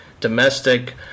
domestic